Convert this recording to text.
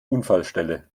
unfallstelle